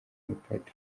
umupadiri